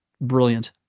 brilliant